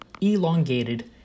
elongated